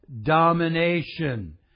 Domination